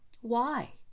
why